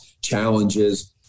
challenges